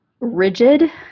rigid